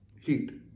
heat